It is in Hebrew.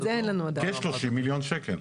כשלושים מיליון שקל.